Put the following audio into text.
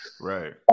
Right